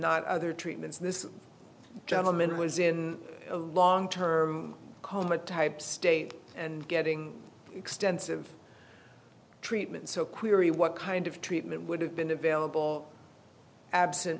not other treatments this gentleman was in a long term coma type state and getting extensive treatment so query what kind of treatment would have been available absent